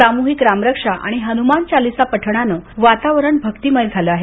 सामूहिक रामरक्षा आणि हनुमान चालिसा पठणानं वातावरण भक्तिमय झालं आहे